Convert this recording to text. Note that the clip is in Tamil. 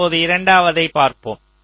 இப்போது இரண்டாவதைப் பார்ப்போம்